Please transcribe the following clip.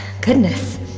Goodness